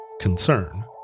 concern